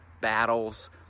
battles